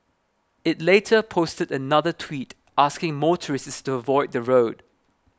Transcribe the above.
it later posted another tweet asking motorists to avoid the road